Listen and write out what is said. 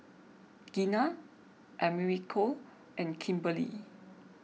Gina Americo and Kimberlee